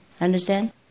understand